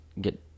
get